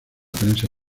prensa